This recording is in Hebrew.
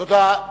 תודה.